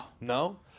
No